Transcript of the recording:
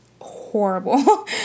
horrible